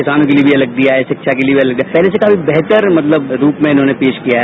किसानों के लिए भी अलग दिया है शिक्षा के लिए भी अलग दिया है पहले से काफी बेहतर मतलब रूप में इन्होंने पेश किया है